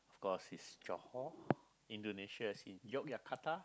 is Johore Indonesia as in Yogyakarta